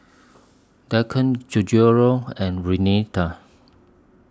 Dalton Gregorio and Renita